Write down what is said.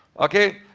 okay?